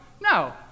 No